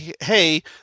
hey